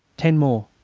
ten more!